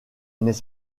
n’est